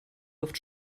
luft